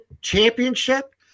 championship